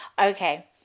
okay